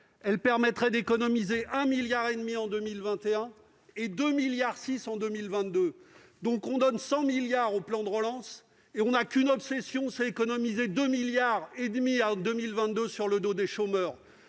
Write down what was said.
Elle permettrait d'économiser 1,5 milliard d'euros en 2021 et 2,6 milliards d'euros en 2022. On donne 100 milliards d'euros au plan de relance et on n'a qu'une obsession : économiser 2,5 milliards en 2022 sur le dos des chômeurs